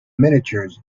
miniatures